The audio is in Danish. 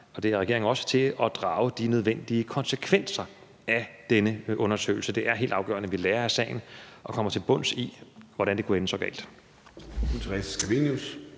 og det er regeringen også – til at drage de nødvendige konsekvenser af denne undersøgelse. Det er helt afgørende, at vi lærer af sagen og kommer til bunds i, hvordan det kunne ende så galt.